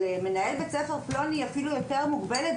מנהל בית ספר פלוני היא אפילו יותר מוגבלת,